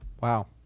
Wow